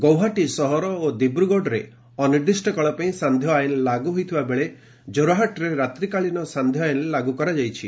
ଗୌହାଟୀ ସହର ଓ ଦିବ୍ରଗଡ଼ରେ ଅନିର୍ଦ୍ଦିଷ୍ଟକାଳୀନ ପାଇଁ ସାନ୍ଧ୍ୟ ଆଇନ୍ ଲାଗୁହୋଇଥିବା ବେଳେ ଜୋରହଟରେ ରାତ୍ରିକାଳୀନ ସାନ୍ଧ୍ୟ ଆଇନ୍ ଲାଗୁ କରାଯାଇଛି